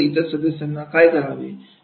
संघामधील इतर सदस्यांनी काय करावे